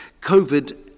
Covid